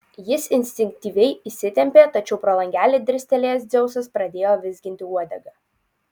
jis instinktyviai įsitempė tačiau pro langelį dirstelėjęs dzeusas pradėjo vizginti uodegą